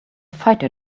fighter